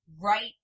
right